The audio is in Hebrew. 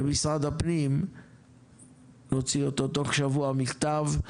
למשרד הפנים נוציא אותו בתוך שבוע, מכתב,